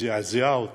שזעזע אותי.